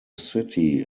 city